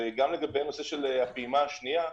וגם הנושא של הפעימה השנייה,